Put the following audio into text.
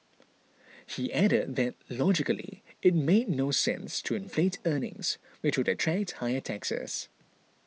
he added that logically it made no sense to inflate earnings which would attract higher taxes